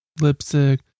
Lipstick